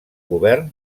govern